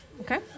Okay